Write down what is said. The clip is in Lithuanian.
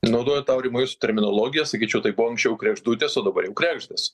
naudojant aurimai jūsų terminologiją sakyčiau tai buvo anksčiau kregždutės o dabar jau kregždės